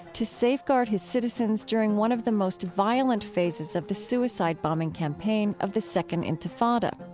to safeguard his citizens during one of the most violent phases of the suicide bombing campaign of the second intifada.